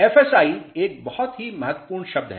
FSI एक बहुत ही महत्वपूर्ण शब्द है